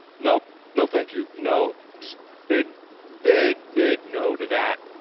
nope. no thank you. no. just big, big, big, no to that.